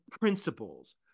principles